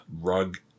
rug